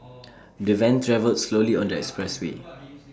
the van travelled slowly on the expressway